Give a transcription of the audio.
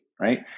right